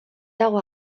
dago